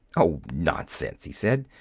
oh, nonsense! he said.